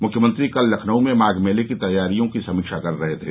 मुख्यमंत्री कल लखनऊ में माघ मेले की तैयारियों की समीक्षा कर रहे थे